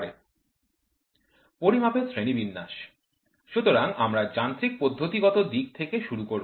slide time পড়ুন ১৮৪২ পরিমাপের শ্রেণিবিন্যাস সুতরাং আমরা যান্ত্রিক পদ্ধতিগত দিক থেকে শুরু করব